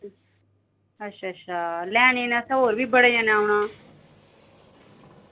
अच्छा अच्छा लैने न असें होर बी बड़े जनें औना